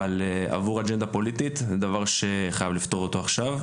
אבל עבור אג'נדה פוליטית זה דבר שחייב לפתור אותו עכשיו.